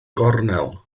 gornel